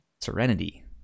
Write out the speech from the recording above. Serenity